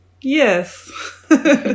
Yes